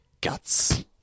guts